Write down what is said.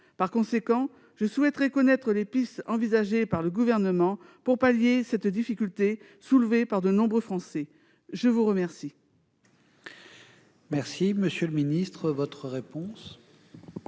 Par conséquent, je souhaiterais connaître les pistes envisagées par le Gouvernement pour pallier cette difficulté soulevée par de nombreux Français. La parole